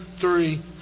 three